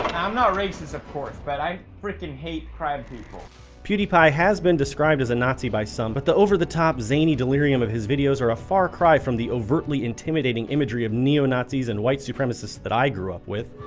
i'm not racist of course, but i fricking hate crime people ej pewdiepie has been described as a nazi by some but the over-the-top zany delirium of his videos are a far cry from the overtly intimidating imagery of neo-nazis and white supremacists that i grew up with